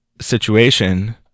situation